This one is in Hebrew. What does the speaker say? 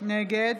נגד